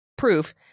proof